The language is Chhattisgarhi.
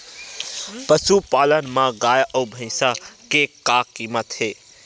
पशुपालन मा गाय अउ भंइसा के का कीमत हे?